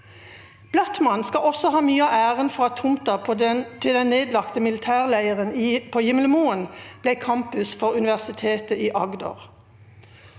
Blattmann skal også ha mye av æren for at tomta til den nedlagte militærleiren på Gimlemoen ble campus for Universitetet i Agder,